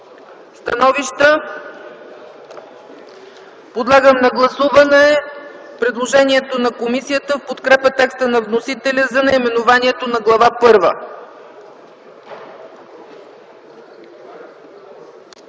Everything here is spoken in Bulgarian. Становища? Подлагам на гласуване предложението на комисията в подкрепа текста на вносителя за наименованието на Глава първа.